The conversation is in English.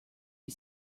you